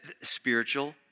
spiritual